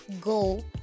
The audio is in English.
Go